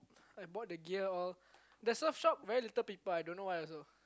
and bought the gear all the surf shop very little people I don't know why also